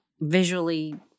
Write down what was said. visually